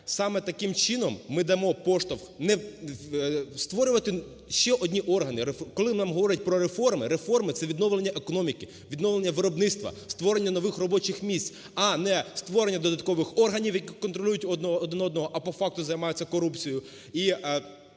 Саме таким чином ми дамо поштовх не створювати ще одні органи. Коли нам говорять про реформи…Реформи – це відновлення економіки, відновлення виробництва, створення нових робочих місць, а не створення додаткових органів, які контролюють один одного, а по факту займаються корупцією.